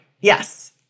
Yes